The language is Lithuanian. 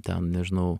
ten nežinau